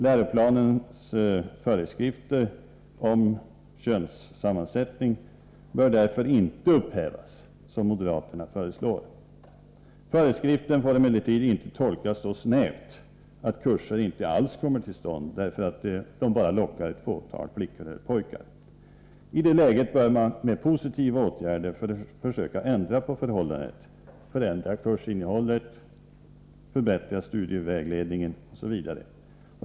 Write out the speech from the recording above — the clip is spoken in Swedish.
Läroplanens föreskrifter om könssammansättning bör därför inte upphävas, som moderaterna föreslår. Föreskrifterna får emellertid inte tolkas så snävt att kurser inte alls kommer till stånd, därför att de bara lockar ett fåtal flickor eller pojkar. I det läget bör man med positiva åtgärder försöka ändra på förhållandet, förändra kursinnehållet, förbättra studievägledningen osv.